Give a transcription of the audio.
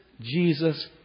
Jesus